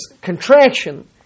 contraction